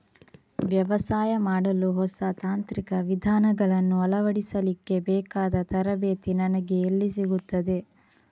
ವ್ಯವಸಾಯ ಮಾಡಲು ಹೊಸ ತಾಂತ್ರಿಕ ವಿಧಾನಗಳನ್ನು ಅಳವಡಿಸಲಿಕ್ಕೆ ಬೇಕಾದ ತರಬೇತಿ ನನಗೆ ಎಲ್ಲಿ ಸಿಗುತ್ತದೆ?